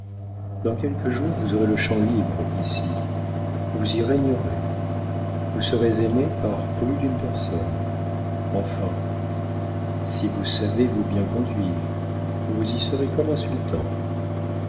dans quelques jours vous aurez le champ libre ici vous y régnerez vous serez aimé par plus d'une personne enfin si vous savez vous bien conduire vous y serez comme un